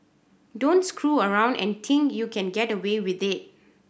don't screw around and think you can get away with it